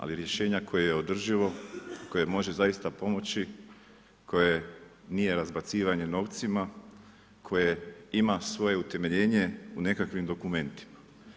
Ali rješenja koje je održivo koje može zaista pomoći, koje nije razbacivanje novcima, koje ima svoje utemeljenje u nekakvim dokumentima.